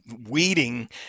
weeding